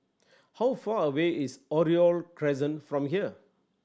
how far away is Oriole Crescent from here